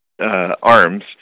arms